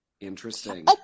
interesting